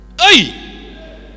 hey